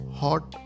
hot